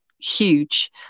huge